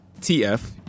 TF